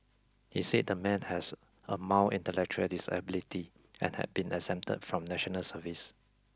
he said the man has a mild intellectual disability and had been exempted from national service